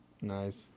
Nice